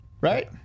right